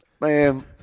Man